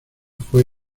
fue